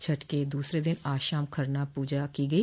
छठ के दूसरे दिन आज शाम खरना पूजा की गइ